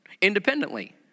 independently